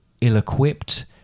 ill-equipped